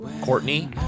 Courtney